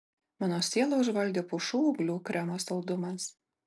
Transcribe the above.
mano sielą užvaldė pušų ūglių kremo saldumas